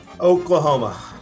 Oklahoma